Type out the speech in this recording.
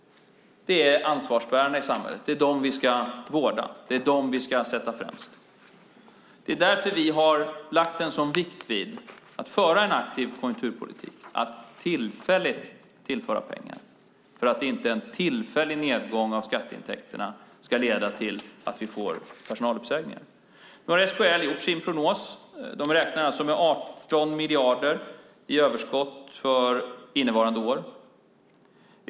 De är ansvarsbärande i samhället. Det är dem vi ska vårda och sätta främst. Det är därför vi har lagt sådan vikt vid att föra en aktiv konjunkturpolitik och tillfälligt tillföra pengar för att inte en tillfällig nedgång av skatteintäkterna ska leda till att vi får personaluppsägningar. Nu har SKL gjort sin prognos. De räknar med 18 miljarder i överskott för innevarande år.